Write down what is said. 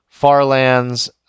Farlands